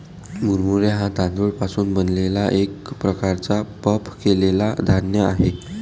मुरमुरे हा तांदूळ पासून बनलेला एक प्रकारचा पफ केलेला धान्य आहे